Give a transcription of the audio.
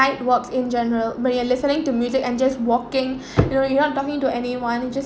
night walks in general but you are listening to music and just walking you know you not talking to anyone you just